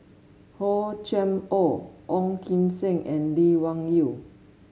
Hor Chim Or Ong Kim Seng and Lee Wung Yew